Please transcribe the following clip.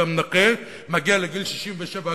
אדם נכה מגיע לגיל 67,